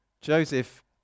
Joseph